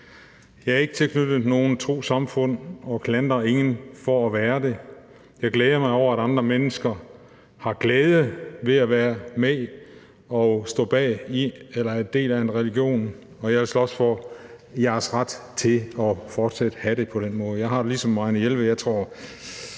Jeg er ikke tilknyttet noget trossamfund og klandrer ingen for at være det. Jeg glæder mig over, at andre mennesker har glæde ved at være med og stå bag eller er del af en religion, og jeg vil slås for deres ret til fortsat at have det på den måde. Jeg har det ligesom Marianne Jelved, for jeg tror